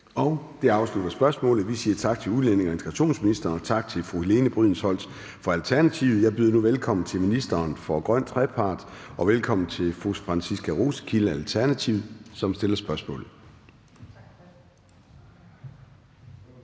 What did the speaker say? Det afslutter spørgsmålet. Vi siger tak til udlændinge- og integrationsministeren og tak til fru Helene Brydensholt fra Alternativet. Jeg byder nu velkommen til ministeren for grøn trepart og velkommen til fru Franciska Rosenkilde, Alternativet, som stiller spørgsmålet. Kl.